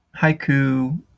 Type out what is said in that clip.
haiku